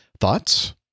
Thoughts